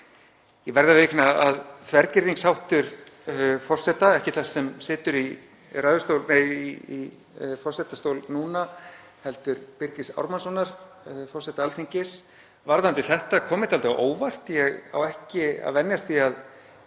Ég verð að viðurkenna að þvergirðingsháttur forseta, ekki þess sem situr á forsetastóli núna heldur Birgis Ármannssonar, forseta Alþingis, varðandi þetta kom mér dálítið á óvart. Ég á því ekki að venjast að